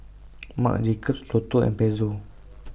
Marc Jacobs Lotto and Pezzo